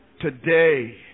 today